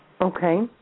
Okay